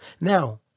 Now